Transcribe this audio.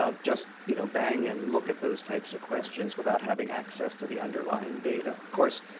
um just you know bang and look at those types of questions without having access to the underlying data. of course,